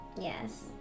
Yes